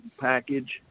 package